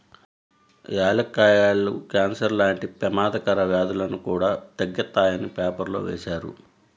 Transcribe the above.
యాలుక్కాయాలు కాన్సర్ లాంటి పెమాదకర వ్యాధులను కూడా తగ్గిత్తాయని పేపర్లో వేశారు